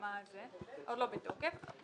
והן עוד לא בתוקף,